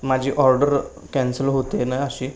माझी order cancel होते आहे ना अशी